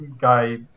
guy